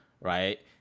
right